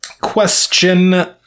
Question